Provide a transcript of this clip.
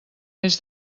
més